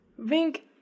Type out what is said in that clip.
vink